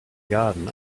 garden